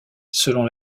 selon